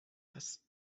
است